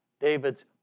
David's